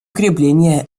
укрепления